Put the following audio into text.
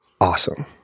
awesome